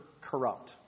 corrupt